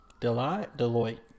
Deloitte